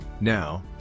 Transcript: Now